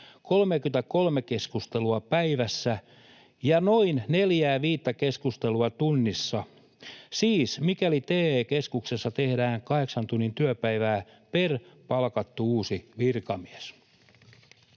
33:a keskustelua päivässä ja noin 4—5:tä keskustelua tunnissa, siis mikäli TE-keskuksessa tehdään 8 tunnin työpäivää per palkattu uusi virkamies.